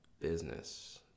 business